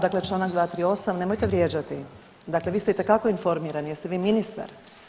Dakle čl. 238, nemojte vrijeđati, dakle vi ste itekako informirani jer ste vi ministar.